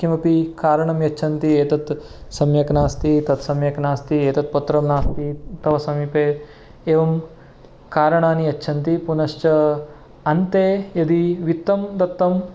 किमपि कारणं यच्छन्ति एतत् सम्यक् नास्ति तत् सम्यक् नास्ति एतत् पत्रं नास्ति तव समीपे एवं कारणानि यच्छन्ति पुनश्च अन्ते यदि वित्तं दत्तं